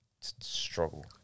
struggle